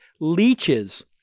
leeches